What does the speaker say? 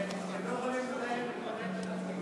הם לא יכולים לנהל ולהתמודד מפני